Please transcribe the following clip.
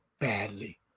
badly